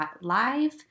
Live